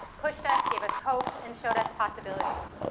pushed us, gave us hope, and showed us possibilities,